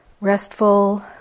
restful